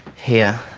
here